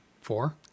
Four